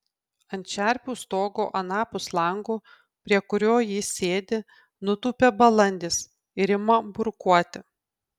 ant čerpių stogo anapus lango prie kurio ji sėdi nutūpia balandis ir ima burkuoti